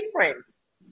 difference